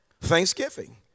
Thanksgiving